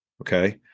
Okay